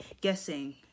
guessing